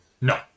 No